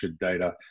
data